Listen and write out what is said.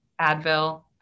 Advil